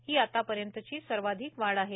ही आतापर्यंतची सर्वाधिक वाढ आहे